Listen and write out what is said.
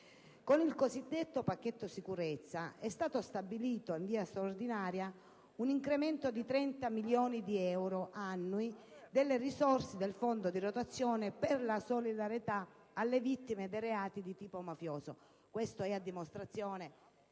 Con il cosiddetto «pacchetto sicurezza» è stato stabilito in via straordinaria un incremento di 30 milioni di euro annui delle risorse del fondo di rotazione per la solidarietà alle vittime dei reati di tipo mafioso; ciò dimostra che